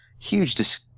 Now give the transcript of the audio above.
huge